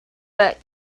but